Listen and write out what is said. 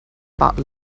part